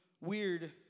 weird